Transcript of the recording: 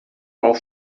auch